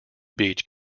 beach